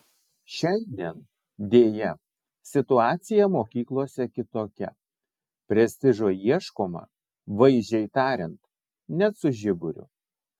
šiandien deja situacija mokyklose kitokia prestižo ieškoma vaizdžiai tariant net su žiburiu